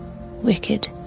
wicked